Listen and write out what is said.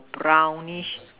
brownish